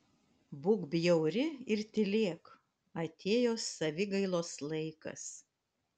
būk bjauri ir tylėk atėjo savigailos laikas